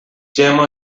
jemma